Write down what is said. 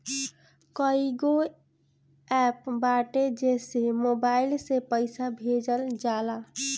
कईगो एप्प बाटे जेसे मोबाईल से पईसा भेजल जाला